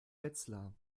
wetzlar